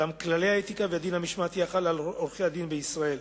גם כללי האתיקה והדין המשמעתי החל על עורכי-הדין בישראל.